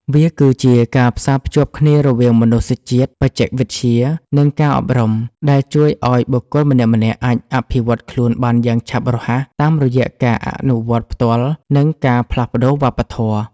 វាគឺជាការផ្សារភ្ជាប់គ្នារវាងមនុស្សជាតិ បច្ចេកវិទ្យា និងការអប់រំ ដែលជួយឱ្យបុគ្គលម្នាក់ៗអាចអភិវឌ្ឍខ្លួនបានយ៉ាងឆាប់រហ័ស តាមរយៈការអនុវត្តផ្ទាល់ និងការផ្លាស់ប្តូរវប្បធម៌។